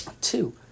Two